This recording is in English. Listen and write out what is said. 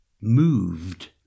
moved